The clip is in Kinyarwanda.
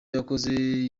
yakoze